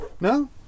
No